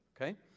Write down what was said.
Okay